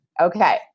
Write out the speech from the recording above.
Okay